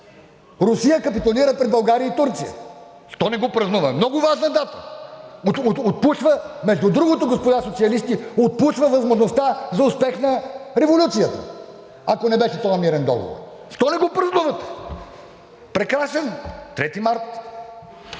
Русия капитулира пред България и Турция. Защо да не го празнуваме? Много важна дата. Между другото, господа социалисти, отпушва възможността за успех на революцията, ако не беше този мирен договор. Защо не го празнувате? Прекрасен – 3 март.